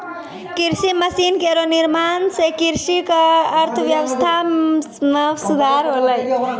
कृषि मसीन केरो निर्माण सें कृषि क अर्थव्यवस्था म सुधार होलै